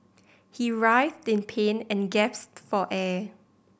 he writhed in pain and for air